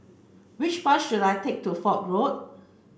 which bus should I take to Fok Road